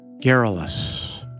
garrulous